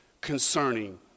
concerning